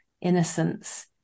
innocence